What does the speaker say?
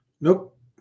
Nope